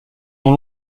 ont